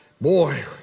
boy